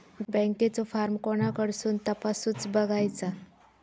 बँकेचो फार्म कोणाकडसून तपासूच बगायचा?